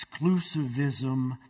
exclusivism